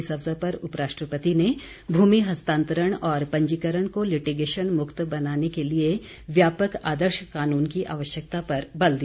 इस अवसर पर उपराष्ट्रपति ने भूमि हस्तांतरण और पंजीकरण को लिटिगेशन मुक्त बनाने के लिए व्यापक आदर्श कानून की आवश्यकता पर बल दिया